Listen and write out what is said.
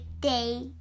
Day